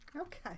Okay